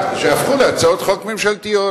שהפכו להצעות חוק ממשלתיות.